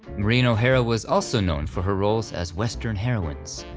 maureen o'hara was also known for her roles as western heroines,